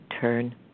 turn